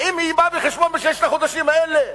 האם היא באה בחשבון בששת החודשים האלה?